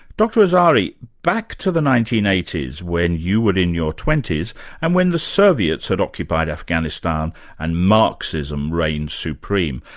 dr azari, back to the nineteen eighty s when you were in your twenty s and when the soviets had occupied afghanistan and marxism reigned supreme.